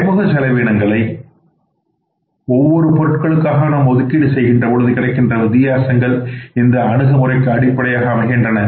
மறைமுக செலவினங்களை ஒவ்வொரு பொருட்களுக்காகவும் நாம் ஒதுக்கீடு செய்கின்ற போது ஏற்படுகின்ற வித்தியாசங்கள் இந்த அணுகுமுறைக்கு அடிப்படையாக அமைகின்றன